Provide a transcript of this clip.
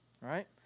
Right